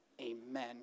Amen